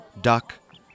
duck